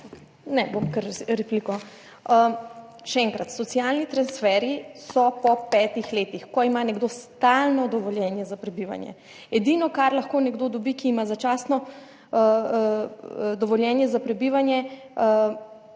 Ne bom kar z repliko. Še enkrat. Socialni transferji so po petih letih, ko ima nekdo stalno dovoljenje za prebivanje. Edino kar lahko nekdo dobi, ki ima začasno dovoljenje za prebivanje,